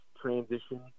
transition